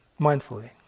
mindfully